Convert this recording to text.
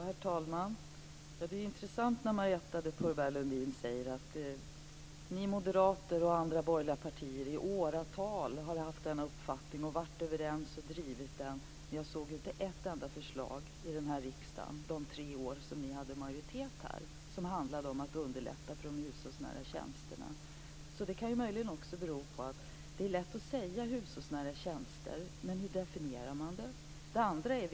Herr talman! Det är intressant när Marietta de Pourbaix-Lundin säger att de borgerliga partierna i åratal har haft denna uppfattning, varit överens om den och drivit den. Men jag såg inte ett enda förslag till riksdagen under de tre år som ni hade majoritet, som handlade om att man skulle underlätta för de hushållsnära tjänsterna. Det är lätt att prata om hushållsnära tjänster, men hur definierar man dem?